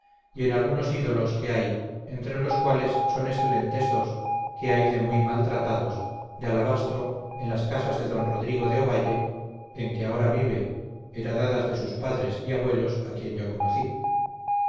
y en algunos ídolos que hay entre los cuales son excelentes dos que hay de muy maltratados de alabastro en las casas de don rodrigo de ovalle en que ahora vive heredadas de sus padres y abuelos a quien yo conocí